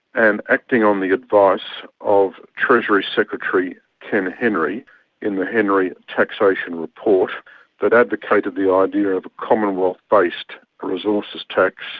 and acting on the advice of treasury secretary ken henry in the henry taxation report that advocated the idea of a commonwealth-based resources tax,